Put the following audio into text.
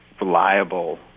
reliable